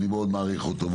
ואני מעריך אותו מאוד,